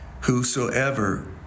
Whosoever